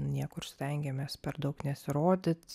niekur stengiamės per daug nesirodyt